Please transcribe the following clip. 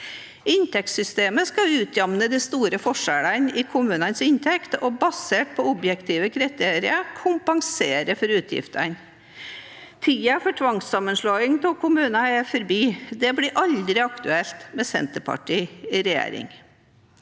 Inntektssystemet skal utjevne de store forskjellene i kommunenes inntekter og basert på objektive kriterier kompensere for utgifter. Tiden for tvangssammenslåing av kommuner er forbi. Det blir aldri aktuelt med Senterpartiet i regjering.